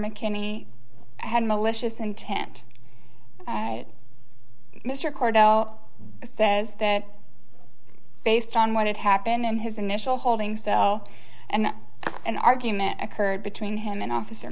mckinney had malicious intent mr cordell says that based on what had happened in his initial holding cell and an argument occurred between him and officer